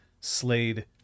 slade